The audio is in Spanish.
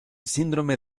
síndrome